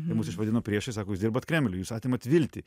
mus išvadino priešais sako jūs dirbat kremliui jūs atimat viltį